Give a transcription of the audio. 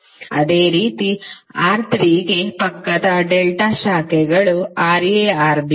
ಅದೇ ರೀತಿ R3 ಗೆ ಪಕ್ಕದ ಡೆಲ್ಟಾ ಶಾಖೆಗಳು RaRb